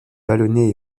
vallonné